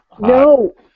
No